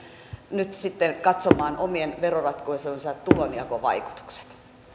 nyt sitten katsomaan omien veroratkaisujensa tulonjakovaikutukset